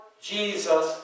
Jesus